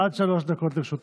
עד שלוש דקות לרשותך.